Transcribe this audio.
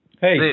Hey